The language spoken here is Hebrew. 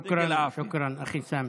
שוכרן, אחי סמי.